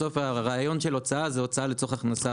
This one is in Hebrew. בסוף, הרעיון של הוצאה זה הוצאה לצורך הכנסה.